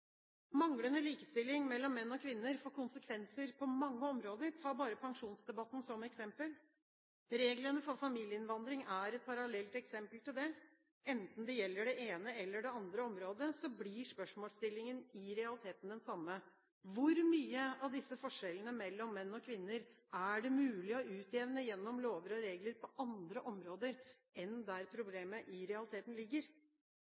Manglende likestilling mellom menn og kvinner får konsekvenser på mange områder – ta bare pensjonsdebatten som eksempel. Reglene for familieinnvandring er et parallelt eksempel til det. Enten det gjelder det ene eller det andre området blir spørsmålsstillingen i realiteten den samme. Hvor mange av disse forskjellene mellom menn og kvinner er det mulig å utjevne gjennom lover og regler på andre områder enn der problemet i realiteten ligger?